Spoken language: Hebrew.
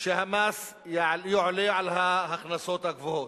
שהמס יעלה על ההכנסות הגבוהות.